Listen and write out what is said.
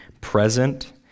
present